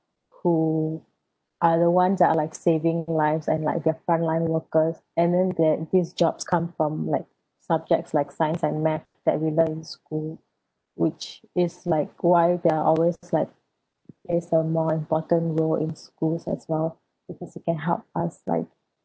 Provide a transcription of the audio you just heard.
who are the ones that are like saving lives and like their frontline workers and then that these jobs come from like subjects like science and math that we learn in school which is like why there're always like is a more important role in schools as well because it can help us like